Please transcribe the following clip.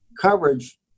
coverage